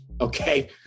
Okay